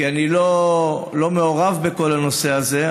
כי אני לא מעורב בכל הנושא הזה,